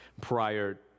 prior